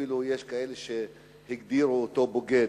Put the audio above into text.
שיש כאלה שאפילו הגדירו אותו בוגד.